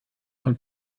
von